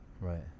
Right